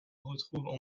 retrouvent